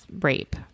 rape